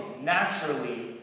naturally